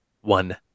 One